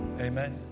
Amen